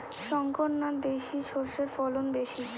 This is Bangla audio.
শংকর না দেশি সরষের ফলন বেশী?